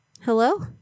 Hello